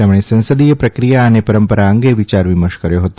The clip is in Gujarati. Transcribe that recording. તેમણે સંસદીય પ્રક્રિયા અને પરંપરા અંગે વિયારવિમર્શ કર્યો હતો